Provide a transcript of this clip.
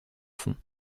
fonds